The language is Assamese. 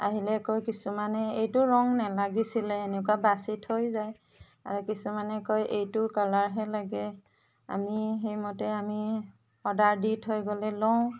আহিলে কয় কিছুমানে এইটো ৰং নালাগিছিলে এনেকুৱা বাচি থৈ যায় আৰু কিছুমানে কয় এইটো কালাৰহে লাগে আমি সেইমতে আমি অৰ্ডাৰ দি থৈ গ'লে লওঁ